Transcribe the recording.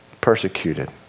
persecuted